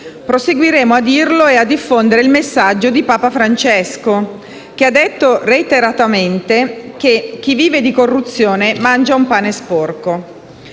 Proseguiremo a dirlo e a diffondere il messaggio di Papa Francesco, che ha detto reiteratamente che chi vive di corruzione mangia un pane sporco.